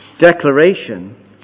declaration